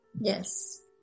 Yes